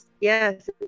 yes